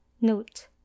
Note